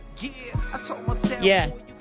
Yes